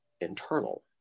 internal